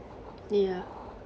yeah